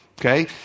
Okay